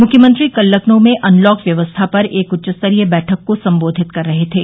मृष्यमंत्री कल लखनऊ में अनलॉक व्यवस्था पर एक उच्चस्तरीय बैठक को संबोधित कर रहे थे